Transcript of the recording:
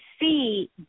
see